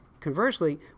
conversely